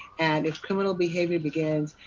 if criminal behavior begins,